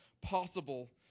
possible